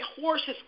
horses